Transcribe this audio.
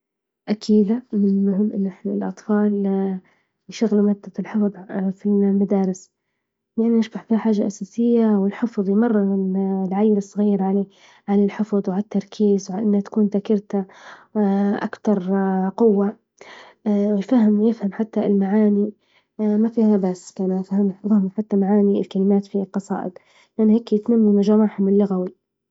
أكيدة من المهم الأطفال يشغلوا مادة الحفظ في المدارس، يعني يصبح فيها حاجة أساسية، والحفظ يمرن العيلة الصغيرة عن الحفظ وعالتركيز، وإنها تكون ذاكرته أكتر قوة، فهم -يفهم حتى المعاني، مافيها بس كمان أهم حاجة حتي معاني الكلمات في القصائد، أنا هكي يكون مجموعهم اللغوي.